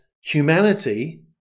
humanity